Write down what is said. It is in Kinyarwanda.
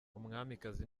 umwamikazi